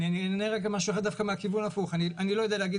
אני אענה משהו אחר דווקא מהכיוון ההפוך: אני לא יודע להגיד